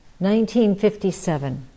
1957